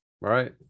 Right